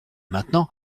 maintenant